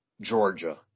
Georgia